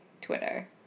Twitter